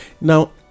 now